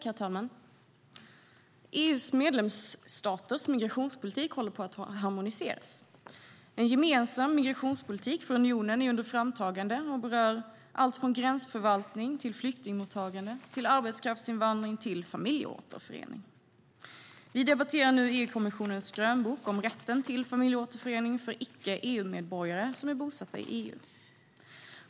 Herr talman! EU:s medlemsstaters migrationspolitik håller på att harmoniseras. En gemensam migrationspolitik för unionen är under framtagande och berör allt från gränsförvaltning till flyktingmottagande, arbetskraftsinvandring och familjeåterförening. Vi debatterar nu EU-kommissionens grönbok om rätten till familjeåterförening för icke-EU-medborgare som är bosatta i EU.